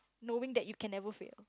knowing that you can never fail